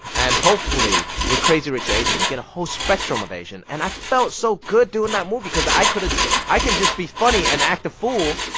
and hopefully with crazy rich asians, you get a whole spectrum of asian. and i felt so good doing that movie cause i could i can just be funny and act a fool.